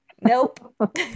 Nope